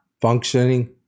functioning